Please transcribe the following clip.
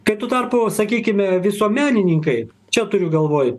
kai tuo tarpu sakykim visuomenininkai čia turiu galvoj